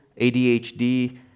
ADHD